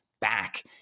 back